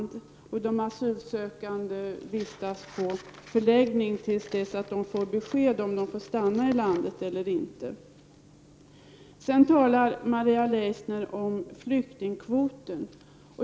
De asylsökande bör vistas på förläggning tills de får besked om huruvida de får stanna i landet eller inte. Maria Leissner talar om flyktingkvoten.